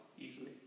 easily